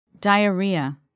Diarrhea